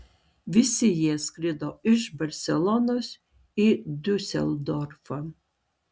visi jie skrido iš barselonos į diuseldorfą